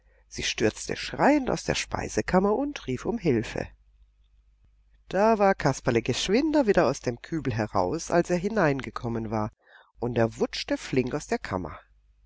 sie stürzte schreiend aus der speisekammer und rief um hilfe da war kasperle geschwinder wieder aus dem kübel heraus als er hineingekommen war und er wutschte flink aus der kammer